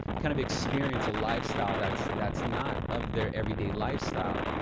kind of experience a lifestyle that's that's not of their everyday lifestyle.